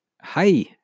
hi